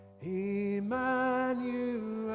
Emmanuel